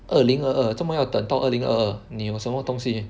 二零二二作么要等到二零二二你有什么东西